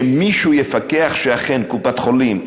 שמישהו יפקח שאכן קופת-חולים,